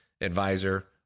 advisor